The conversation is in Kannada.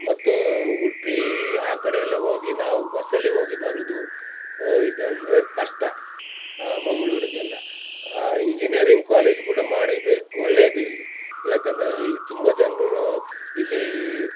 ಮತ್ತು ಉಡ್ಪಿ ಆ ಕಡೆಯೆಲ್ಲ ಹೋಗಿ ನಾವು ಬಸ್ಸಲ್ಲಿ ಹೋಗಿ ಬರುದು ಇದು ಅಂದರೆ ಕಷ್ಟ ಮಂಗಳೂರಿಗೆಲ್ಲ ಇಂಜಿನಿಯರಿಂಗ್ ಕೋಲೇಜ್ ಕೂಡ ಮಾಡಿದರೆ ಒಳ್ಳೆಯದೆ ಇಲ್ಲಿ ಯಾಕಂದರೆ ಈ ತುಂಬ ಜನರು ಇಲ್ಲಿ